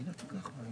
רגע,